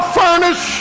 furnish